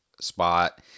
Spot